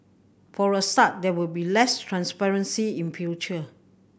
for a start there will be less transparency in future